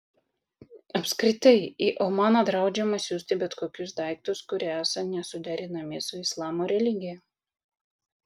apskritai į omaną draudžiama siųsti bet kokius daiktus kurie esą nesuderinami su islamo religija